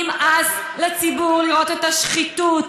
נמאס לציבור לראות את השחיתות.